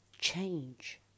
change